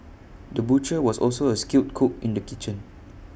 the butcher was also A skilled cook in the kitchen